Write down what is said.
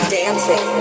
dancing